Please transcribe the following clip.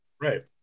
right